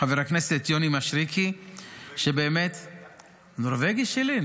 יוני מישרקי --- נורבגי שלי.